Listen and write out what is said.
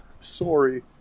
Sorry